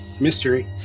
Mystery